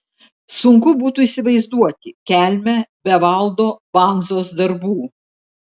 sunku būtų įsivaizduoti kelmę be valdo bandzos darbų